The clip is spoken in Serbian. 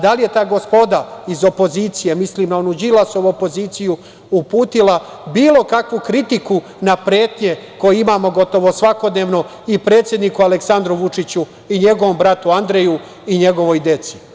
Da li je ta gospoda iz opozicije, mislim na onu Đilasovu opoziciju, uputila bilo kakvu kritiku na pretnje koje imamo gotovo svakodnevno i predsedniku Aleksandru Vučiću i njegovom bratu Andreju i njegovoj deci?